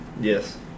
Yes